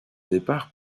départ